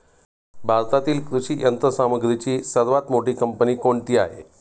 भारतातील कृषी यंत्रसामग्रीची सर्वात मोठी कंपनी कोणती आहे?